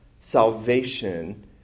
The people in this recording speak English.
salvation